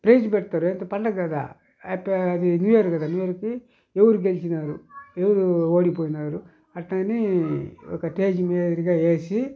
praise పెడతారు ఎంత పండుగ కదా అది న్యూ ఇయర్ కదా న్యూయర్కి ఎవరు గెలిచినారు ఎవరు ఓడిపోయినారు అట్టా అని ఒక స్టేజి మాదిరిగా వేసి